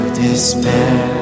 despair